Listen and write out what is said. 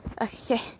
Okay